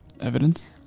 evidence